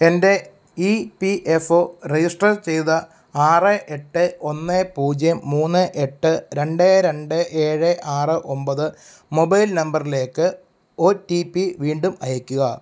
എന്റെ E P F O register ചെയ്ത ആറ് എട്ട് ഒന്ന് പൂജ്യം മൂന്ന് എട്ട് രണ്ട് രണ്ട് ഏഴ് ആറ് ഒമ്പത് മൊബൈൽ നമ്പർലേക്ക് ഓ റ്റീ പ്പി വീണ്ടും അയയ്ക്കുക